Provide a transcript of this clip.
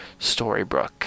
Storybrooke